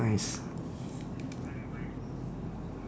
nice